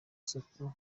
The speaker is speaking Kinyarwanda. soko